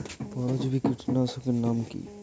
পরজীবী কীটনাশকের নাম কি?